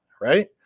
right